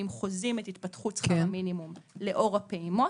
חוזים את התפתחות שכר המינימום לאור הפעימות,